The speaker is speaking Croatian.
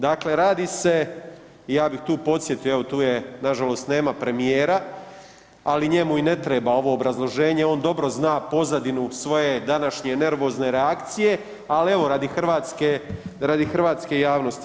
Dakle, radi se, ja bih tu podsjetio, evo tu je nažalost nema premijera, ali njemu i ne treba ovo obrazloženje, on dobro zna pozadinu svoje današnje nervozne reakcije, ali evo, radi hrvatske javnosti.